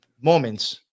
moments